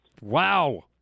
Wow